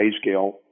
scale